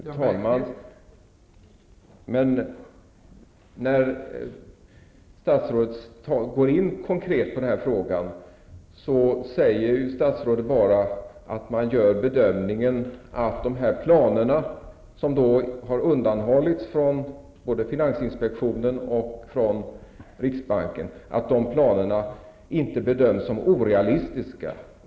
Fru talman! När statsrådet i sitt tal konkret går in på den här frågan, säger statsrådet bara att man gör bedömningen att dessa planer som har undanhållits både finansinspektionen och riksbanken inte är orealistiska.